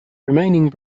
remaining